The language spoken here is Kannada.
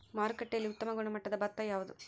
ಮಾರುಕಟ್ಟೆಯಲ್ಲಿ ಉತ್ತಮ ಗುಣಮಟ್ಟದ ಭತ್ತ ಯಾವುದು?